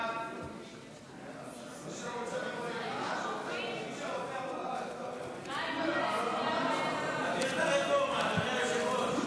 הודעת ועדת הכנסת על רצונה להחיל דין רציפות על חוק